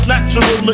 Natural